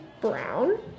brown